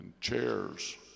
chairs